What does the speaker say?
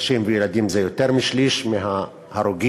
נשים וילדים זה יותר משליש מההרוגים.